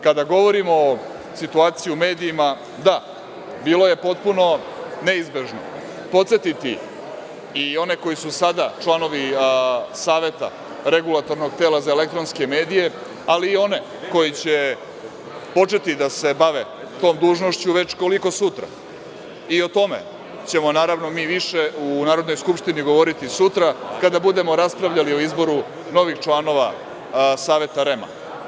Kada govorimo o situaciji u medijima, da, bilo je potpuno neizbežno podsetiti i one koji su sada članovi Saveta REM-a, ali i one koji će početi da se bave tom dužnošću, već koliko sutra, i o tome ćemo, naravno, mi više u Narodnoj skupštini govoriti sutra kada budemo raspravljali o izboru novih članova Saveta REM-a.